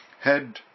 head